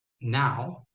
now